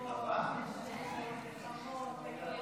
נתקבל.